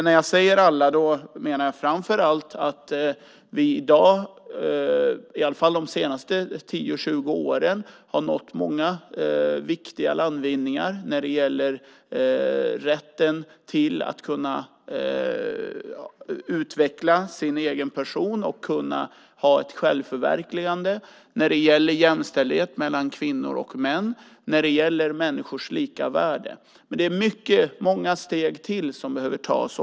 När jag säger alla menar jag framför allt att vi i alla fall de senaste 10-20 åren har gjort många viktiga landvinningar när det gäller rätten att kunna utveckla sin egen person och kunna ha ett självförverkligande, när det gäller jämställdhet mellan kvinnor och män, när det gäller människors lika värde. Men det är många steg till som behöver tas.